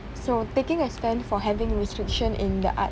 so taking a stand for having restriction in the art